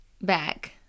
Back